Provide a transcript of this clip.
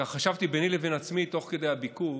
חשבתי ביני לבין עצמי, תוך כדי הביקור: